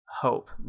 hope